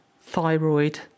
thyroid